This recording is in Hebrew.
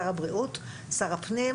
מצד שני יש את הצימרים.